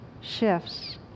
shifts